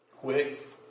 quick